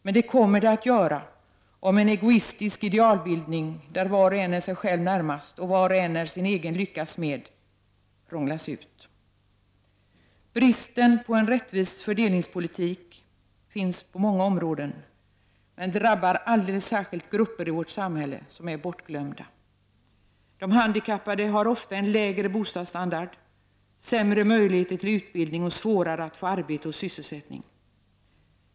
Men det kommer att ske om en egoistisk idealbildning, där var och en är sig själv närmast och var och en är sin egen lyckas smed, prånglas ut. Bristen på en rättvis fördelningspolitik finns på många områden, men drabbar alldeles särskilt grupper i vårt samhälle som är bortglömda. De handikappade har ofta en lägre bostadsstandard, sämre möjligheter till utbildning och svårare att få arbete och sysselsättning.